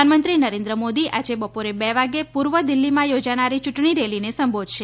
પ્રધાનમંત્રી નરેન્દ્ર મોદી આજે બપોરે બે વાગ્યે પૂર્વ દિલ્ફીમાં યોજાનારી યૂંટણી રેલીને સંબોધશે